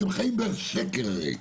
אתם חיים בשקר הרי.